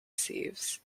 sieves